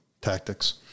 tactics